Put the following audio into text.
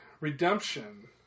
Redemption